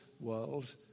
world